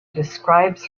describes